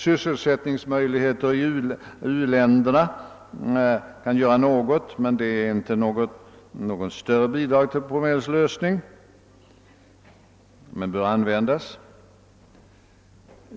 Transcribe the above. Sysselsättning av sådan arbetskraft i u-länderna är en möjlighet som bör utnyttjas, men den ger inte något större bidrag till lösningen på problemet.